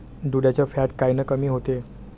दुधाचं फॅट कायनं कमी होते?